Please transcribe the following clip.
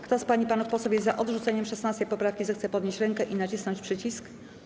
Kto z pań i panów posłów jest za odrzuceniem 16. poprawki, zechce podnieść rękę i nacisnąć przycisk.